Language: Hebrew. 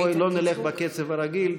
בואי לא נלך בקצב הרגיל,